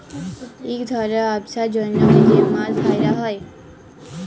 ইক ধরলের ব্যবসার জ্যনহ যে মাছ ধ্যরা হ্যয়